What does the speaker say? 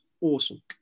awesome